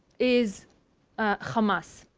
is hamas.